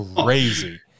crazy